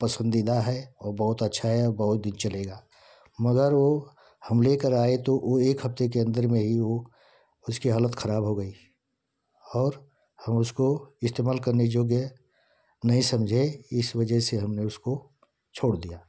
पसंदीदा है और बहुत अच्छा है और बहुत दिन चलेगा मगर वो हम लेकर आए तो वो एक हफ्ते के अंदर में ही वो उसकी हालत खराब हो गई और हम उसको इस्तेमाल करने की जगह नहीं समझे इस वजह से हमने उसको छोड़ दिया